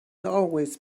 always